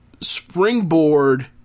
springboard